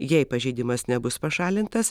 jei pažeidimas nebus pašalintas